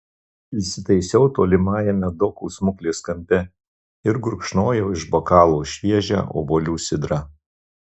įsitaisiau tolimajame dokų smuklės kampe ir gurkšnojau iš bokalo šviežią obuolių sidrą